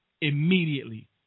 Immediately